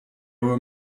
were